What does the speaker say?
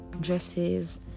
dresses